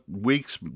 weeks